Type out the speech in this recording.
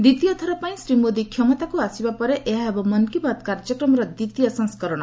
ଦ୍ୱିତୀୟ ଥର ପାଇଁ ଶ୍ରୀ ମୋଦି କ୍ଷମତାକୁ ଆସିବା ପରେ ଏହା ହେବ ମନ୍ କୀ ବାତ୍ କାର୍ଯ୍ୟକ୍ରମର ଦ୍ୱିତୀୟ ସଂସ୍କରଣ